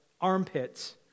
armpits